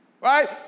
right